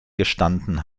gestanden